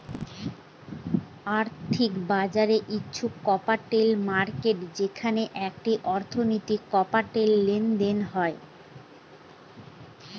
আর্থিক বাজার হচ্ছে ক্যাপিটাল মার্কেট যেখানে একটি অর্থনীতির ক্যাপিটাল লেনদেন হয়